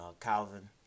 Calvin